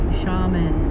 shaman